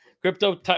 Crypto